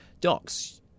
Docs